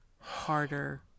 harder